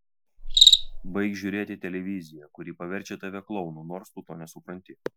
baik žiūrėti televiziją kuri paverčia tave klounu nors tu to nesupranti